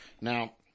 now